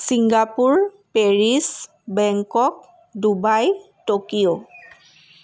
Singapore Paris Bangkok Dubai Tokyo